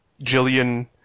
Jillian